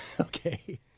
Okay